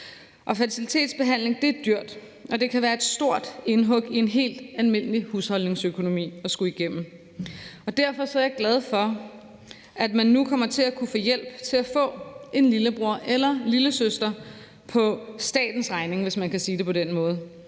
Fertilitetsbehandling er dyrt, og det kan være et stort indhug i en helt almindelig husholdningsøkonomi at skulle igennem. Derfor er jeg glad for, at man nu kommer til at kunne få hjælp til at få en lillebror eller lillesøster på statens regning, hvis man kan sige det på den måde,